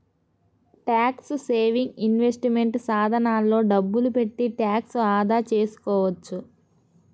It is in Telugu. ట్యాక్స్ సేవింగ్ ఇన్వెస్ట్మెంట్ సాధనాల్లో డబ్బులు పెట్టి ట్యాక్స్ ఆదా చేసుకోవచ్చు